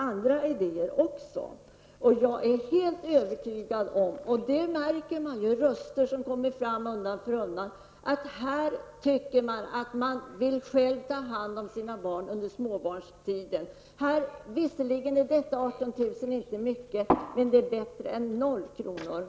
Jag är helt övertygad om att människor själva vill ta hand om sina barn under småbarnstiden. Och fler röster om detta hörs. Visserligen är 18 000 kr. inte mycket, men det är bättre än ingenting.